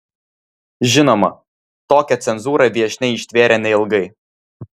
žinoma tokią cenzūrą viešnia ištvėrė neilgai